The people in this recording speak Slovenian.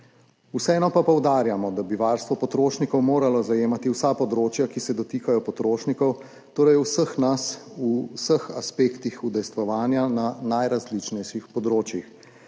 Vseeno pa poudarjamo, da bi varstvo potrošnikov moralo zajemati vsa področja, ki se dotikajo potrošnikov, torej vseh nas, v vseh aspektih udejstvovanja na najrazličnejših področjih.